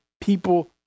people